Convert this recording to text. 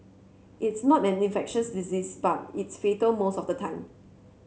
it's not an infectious disease but it's fatal most of the time